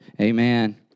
amen